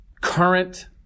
current